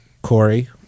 Corey